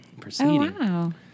proceeding